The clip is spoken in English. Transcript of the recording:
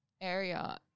area